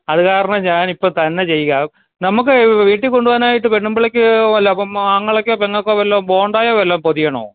അതു കാരണം ഞാനിപ്പോൾ തന്നെ ചെയ്യുക നമുക്ക് വീട്ടിൽ കൊണ്ടു പോകാനായിട്ട് പെൺ പിള്ളക്ക് വല്ല ആങ്ങളക്കോ പെങ്ങൾക്കോ വല്ല ബോണ്ടായോ വല്ലതും പൊതിയണോ